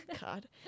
God